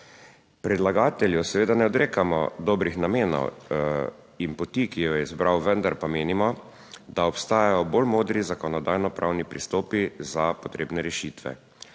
Predlagatelju seveda ne odrekamo dobrih namenov in poti, ki jo je izbral, vendar pa menimo, da obstajajo bolj modri zakonodajnopravni pristopi za potrebne rešitve.